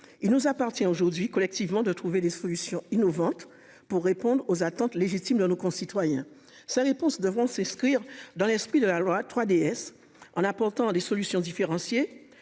Il nous appartient aujourd'hui collectivement de trouver des solutions innovantes pour répondre aux attentes légitimes de nos concitoyens. Sa réponse devront s'inscrire dans l'esprit de la loi 3DS en apportant des solutions différenciées